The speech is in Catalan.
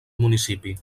municipi